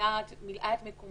שמילאה את מקומך